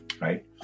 right